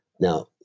Now